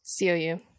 COU